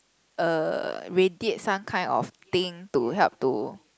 uh radiate some kind of thing to help to